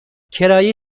کرایه